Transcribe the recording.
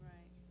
Right